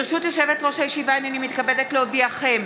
ברשות יושבת-ראש הישיבה, הינני מתכבדת להודיעכם,